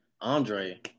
Andre